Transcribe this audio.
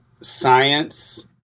science